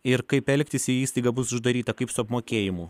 ir kaip elgtis jei įstaiga bus uždaryta kaip su apmokėjimu